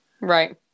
Right